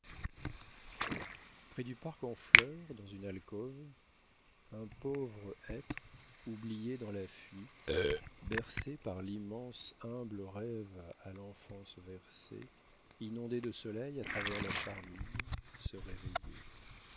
près du parc en fleur dans une alcôve un pauvre être oublié dans la fuite bercé par l'immense humble rêve à l'enfance versé inondé de soleil à travers la charmille se réveillait